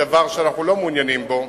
דבר שאנחנו לא מעוניינים בו.